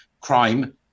crime